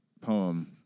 poem